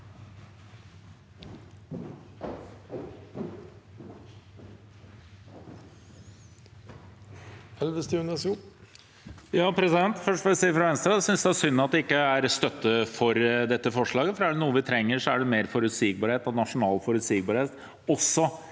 Jeg synes det er synd at det ikke er støtte for dette forslaget, for er det noe vi trenger, er det mer nasjonal forutsigbarhet